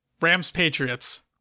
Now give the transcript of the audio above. Rams-Patriots